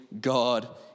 God